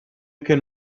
can